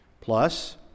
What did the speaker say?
Plus